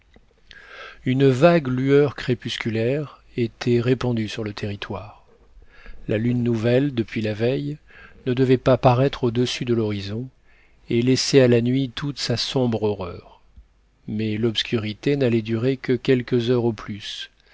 une vague lueur crépusculaire était répandue sur le territoire la lune nouvelle depuis la veille ne devait pas paraître au-dessus de l'horizon et laissait à la nuit toute sa sombre horreur mais l'obscurité n'allait durer que quelques heures au plus